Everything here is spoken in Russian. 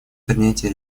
принятие